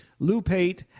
loupate